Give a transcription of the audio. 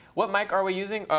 what mic are we using?